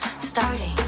Starting